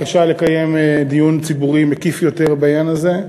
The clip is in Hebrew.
אני מקבל גם את הבקשה לקיים דיון ציבורי מקיף יותר בעניין הזה,